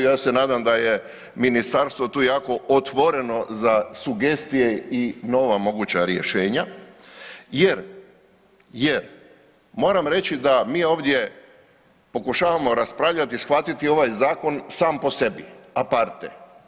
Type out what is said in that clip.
Ja se nadam da je ministarstvo tu jako otvoreno za sugestije i nova moguća rješenja jer, jer moram reći da mi ovdje pokušavamo raspravljati i shvatiti ovaj zakon sam po sebi, a parte.